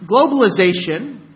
globalization